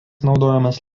naudojamas